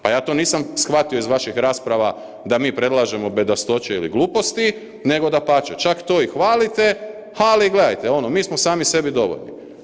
Pa ja to nisam shvatio iz vaših rasprava da mi predlažemo bedastoće ili gluposti nego dapače, čak to i hvalite, ali gledajte, ono, mi smo sami sebi dovoljni.